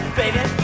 baby